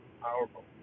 powerful